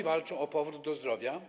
Oni walczą o powrót do zdrowia.